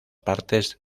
partes